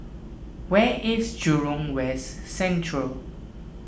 where is Jurong West Central